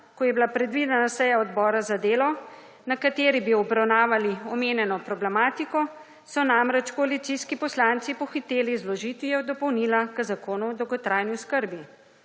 ko je bila predvidena seja Odbora za delo, na kateri bi obravnavali omenjeno problematiko, so namreč koalicijski poslanci pohiteli z vložitvijo dopolnila k Zakoni o dolgotrajni oskrbi,